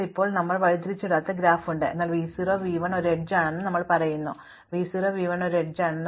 അതിനാൽ ഇപ്പോൾ നമുക്ക് ഒരു വഴിതിരിച്ചുവിടാത്ത ഗ്രാഫ് ഉണ്ട് എന്നാൽ v 0 v 1 ഒരു എഡ്ജ് ആണെന്ന് ഞങ്ങൾ പറയുന്നു അതായത് v 0 v 1 ഉം ഒരു എഡ്ജ് ആണ്